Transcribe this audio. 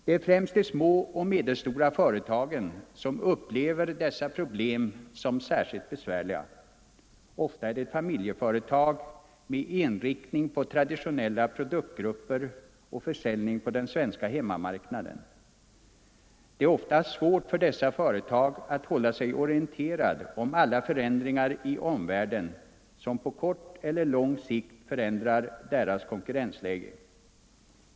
Det är främst de små och medelstora företagen som upplever dessa problem som särskilt besvärliga. Ofta är det familjeföretag med inriktning på traditionella produktgrupper och försäljning på den svenska hemmamarknaden. Det är många gånger svårt för dessa företag att hålla sig orienterade om alla förändringar i omvärlden som på kort eller lång sikt förändrar deras konkurrensläge.